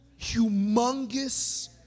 humongous